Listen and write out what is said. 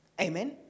Amen